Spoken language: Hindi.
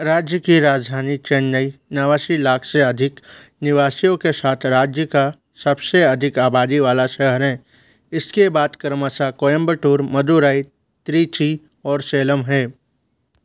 राज्य की राजधानी चेन्नई नवासी लाख से अधिक निवासियों के साथ राज्य का सबसे अधिक आबादी वाला शहर है इसके बाद क्रमशः कोयंबटूर मदुराई त्रिची और सेलम हैं